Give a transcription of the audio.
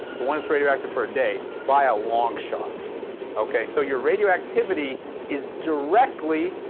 the one that's radioactive for a day. by a long shot! ok? so you're radioactivity is directly,